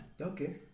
Okay